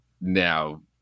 now